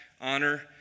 honor